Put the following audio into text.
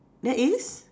there is